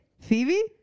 Phoebe